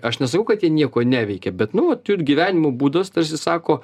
aš nesakau kad jie nieko neveikia bet nu vat jų ir gyvenimo būdas tarsi sako